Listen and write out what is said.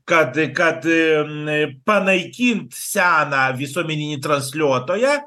kad kad n panaikint seną visuomeninį transliuotoją